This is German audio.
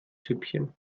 süppchen